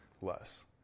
less